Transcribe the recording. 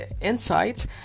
insights